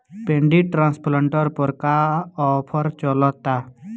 Paddy transplanter पर का offer चलता?